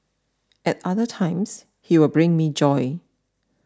at other times he will bring me joy